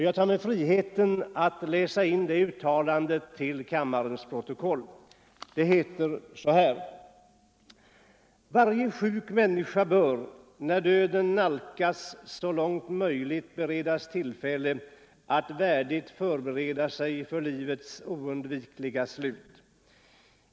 Jag tar mig friheten att läsa in uttalandet i kammarens protokoll: ”Varje sjuk människa bör, när döden nalkas, så långt möjligt beredas tillfälle att värdigt förbereda sig för livets oundvikliga slut.